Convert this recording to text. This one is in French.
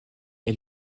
est